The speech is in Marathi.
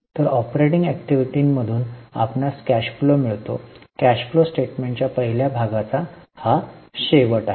तर ऑपरेटिंग ऍक्टिव्हिटीांमधून आपणास कॅश फ्लो मिळतो कॅश फ्लो स्टेटमेंटच्या पहिल्या भागाचा हा शेवट आहे